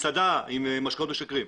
מסעדה עם משקאות משכרים.